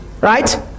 right